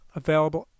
available